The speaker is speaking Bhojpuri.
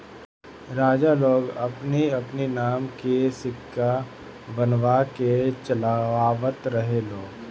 राजा लोग अपनी अपनी नाम के सिक्का बनवा के चलवावत रहे लोग